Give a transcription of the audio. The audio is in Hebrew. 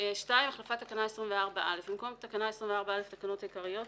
"החלפת תקנה 24א 2. במקום תקנה 24א לתקנות העיקריות,